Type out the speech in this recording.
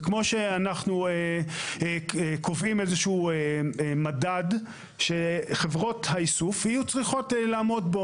וכמו שאנחנו קובעים איזשהו מדד שחברות האיסוף יהיו צריכות לעמוד בו.